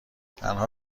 تنها